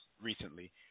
recently